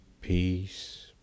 peace